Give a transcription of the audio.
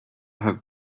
have